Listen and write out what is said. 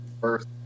first